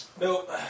Nope